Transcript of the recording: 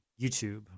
youtube